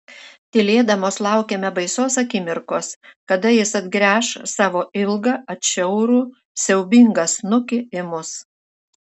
tylėdamos laukėme baisios akimirkos kada jis atgręš savo ilgą atšiaurų siaubingą snukį į mus